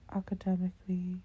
academically